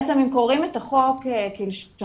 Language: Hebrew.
בעצם אם קוראים את החוק כלשונו,